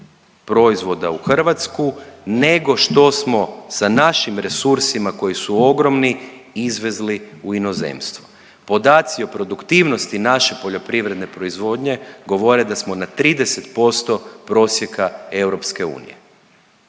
proizvoda u Hrvatsku nego što smo sa našim resursima koji su ogromni izvezli u inozemstvo. Podaci o produktivnosti naše poljoprivredne proizvodnje govore da smo na 30% prosjeka EU.